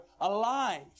alive